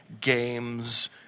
games